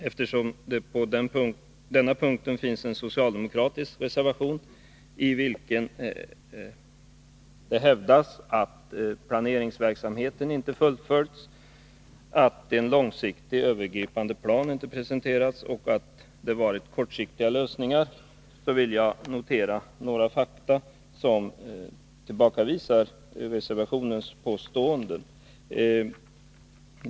Eftersom det på den punkten finns en socialdemokratisk reservation, i vilken det hävdas att planeringsverksamheten inte har fullföljts, att en långsiktig övergripande plan inte har presenterats och att regeringens politik har dominerats av kortsiktiga lösningar, vill jag notera några fakta som motbevisar reservationens påståenden.